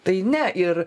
tai ne ir